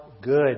good